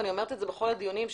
ואני אומרת את זה בכל הדיונים,